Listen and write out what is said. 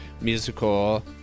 musical